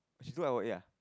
she do L_O_A ah